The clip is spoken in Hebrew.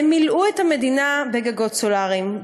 הם מילאו את המדינה בגגות סולריים,